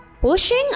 Pushing